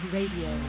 Radio